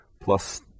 plus